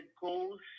goals